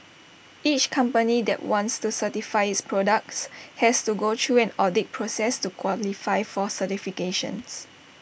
each company that wants to certify its products has to go through an audit process to qualify for certification